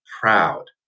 proud